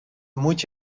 moet